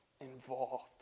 involved